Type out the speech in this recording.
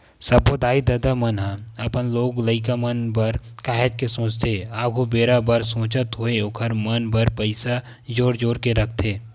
सब्बो दाई ददा मन ह अपन लोग लइका मन बर काहेच के सोचथे आघु बेरा बर सोचत होय ओखर मन बर पइसा जोर जोर के रखथे